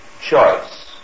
choice